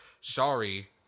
Sorry